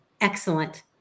excellent